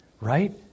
right